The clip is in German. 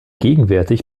gegenwärtig